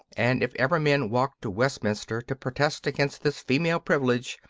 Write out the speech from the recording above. and if ever men walk to westminster to protest against this female privilege,